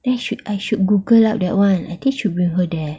then I should I should google up that one I think I should bring her there